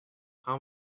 how